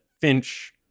Finch